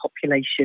population